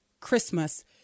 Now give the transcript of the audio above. Christmas –